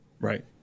Right